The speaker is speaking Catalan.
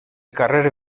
carrer